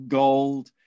gold